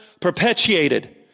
perpetuated